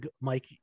Mike